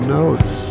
notes